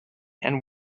and